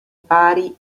pari